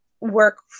work